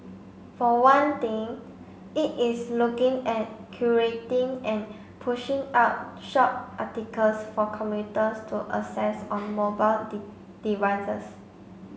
for one thing it is looking at curating and pushing out short articles for commuters to access on mobile devices